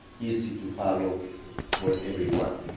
easy to follow for everyone.